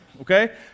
okay